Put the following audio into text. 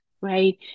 right